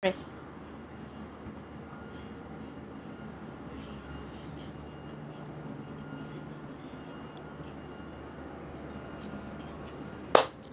press